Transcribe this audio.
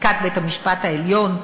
פסיקת בית-המשפט העליון,